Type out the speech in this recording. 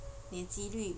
点击率